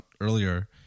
earlier